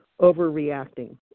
overreacting